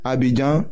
Abidjan